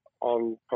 on